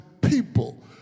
people